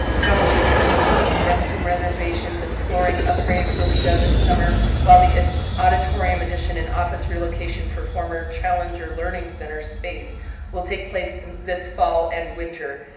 challenger middle school, some restroom renovations and flooring upgrades will be done this summer, while the auditorium addition and office relocation for former challenger learning center space will take place this fall and winter.